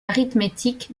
arithmétique